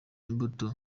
imbuto